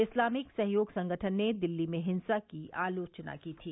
Islamic सहयोग संगठन ने दिल्ली में हिंसा की आलोचना की थी